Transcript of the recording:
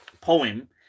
poem